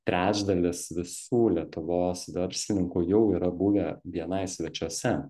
trečdalis visų lietuvos verslininkų jau yra buvę bni svečiuose